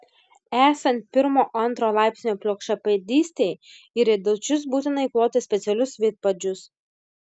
esant pirmo antro laipsnio plokščiapėdystei į riedučius būtina įkloti specialius vidpadžius